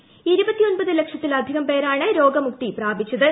ദ്ദു ലക്ഷത്തിലധികം പേരാണ് രോഗമുക്തി പ്രാപിച്ചത്